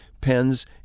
pens